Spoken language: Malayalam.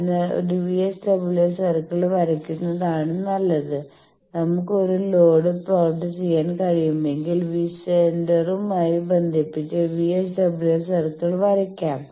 അതിനാൽ ഒരു VSWR സർക്കിൾ വരയ്ക്കുന്നതാണ് നല്ലത് നമുക്ക് ഒരു ലോഡ് പ്ലോട്ട് ചെയ്യാൻ കഴിയുമെങ്കിൽ സെന്ററുമായി ബന്ധിപ്പിച്ച് VSWR സർക്കിൾ വരയ്ക്കാം